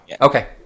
Okay